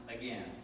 again